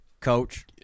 Coach